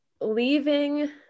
leaving